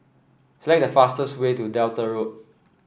select the fastest way to Delta Road